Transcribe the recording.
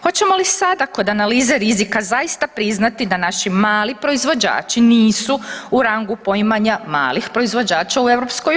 Hoćemo li sada kod analize rizika zaista priznati da naši mali proizvođači nisu u rangu poimanja malih proizvođača u EU?